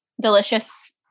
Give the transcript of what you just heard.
Delicious